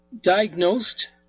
diagnosed